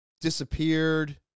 disappeared